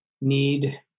need